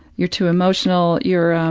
you're too emotional, you're